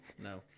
No